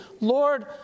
Lord